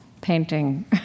painting